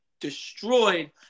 destroyed